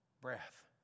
Breath